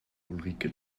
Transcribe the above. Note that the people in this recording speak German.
ulrike